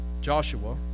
Joshua